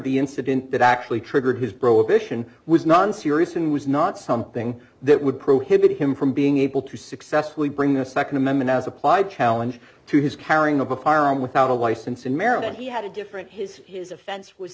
the incident that actually triggered his bro d addition was none serious and was not something that would prohibit him from being able to successfully bring the nd amendment as applied challenge to his carrying of a firearm without a license in maryland he had a different his his offense was